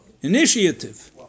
Initiative